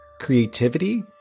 creativity